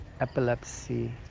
epilepsy